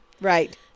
Right